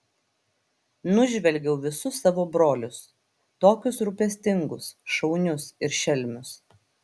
nužvelgiau visus savo brolius tokius rūpestingus šaunius ir šelmius